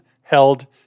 held